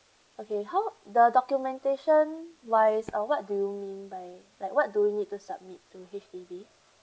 okay how the documentation wise or what do you mean by like what do you need to submit to H_D_B